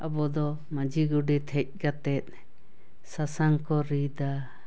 ᱟᱵᱚᱫᱚ ᱢᱟᱺᱡᱷᱤ ᱜᱚᱰᱮᱛ ᱦᱮᱡ ᱠᱟᱛᱮᱫ ᱥᱟᱥᱟᱝ ᱠᱚ ᱨᱤᱫᱟ